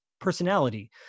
personality